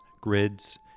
grids